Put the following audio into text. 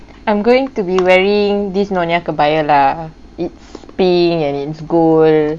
I'm going to be wearing this nonya kebaya lah it's pink and it's gold